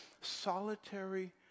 solitary